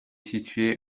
situé